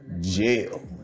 jail